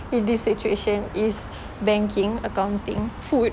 in this situation is banking accounting food